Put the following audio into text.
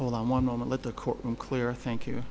hold on one moment let the court clear thank you